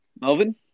Melvin